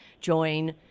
join